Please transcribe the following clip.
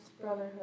Brotherhood